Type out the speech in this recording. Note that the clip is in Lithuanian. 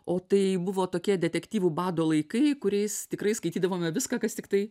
o tai buvo tokie detektyvų bado laikai kuriais tikrai skaitydavome viską kas tiktai